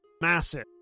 massive